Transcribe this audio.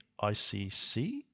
ICC